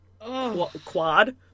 quad